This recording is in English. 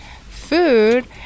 food